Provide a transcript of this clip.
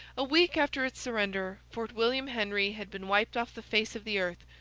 a week after its surrender fort william henry had been wiped off the face of the earth,